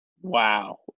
Wow